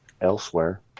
elsewhere